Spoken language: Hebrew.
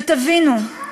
ותבינו,